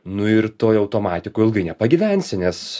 nu ir toj automatikoj ilgai nepagyvensi nes